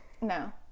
No